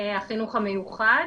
החינוך המיוחד.